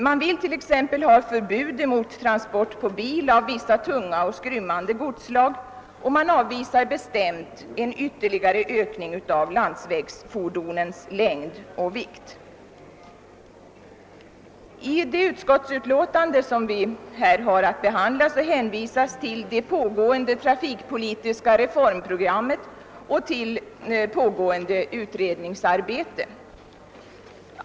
Man vill t.ex. ha förbud mot transport på bil av vissa tunga och skrymmande godsslag och avvisar bestämt en ytterligare ökning av landsvägsfordonens längd och vikt. I utskottets utlåtande hänvisas till det trafikpolitiska reformprogram som nu genomförs och till pågående utredningsarbete.